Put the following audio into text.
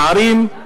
נערים,